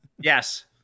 Yes